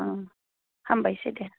हामबायसै दे